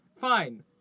Fine